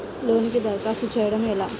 లోనుకి దరఖాస్తు చేయడము ఎలా?